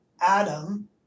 Adam